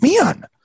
Man